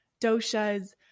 doshas